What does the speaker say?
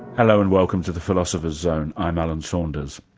hello, and welcome to the philosopher's zone, i'm alan saunders.